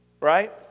right